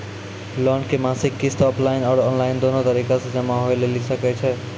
Loan के मासिक किस्त ऑफलाइन और ऑनलाइन दोनो तरीका से जमा होय लेली सकै छै?